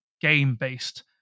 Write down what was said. game-based